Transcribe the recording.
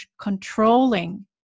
controlling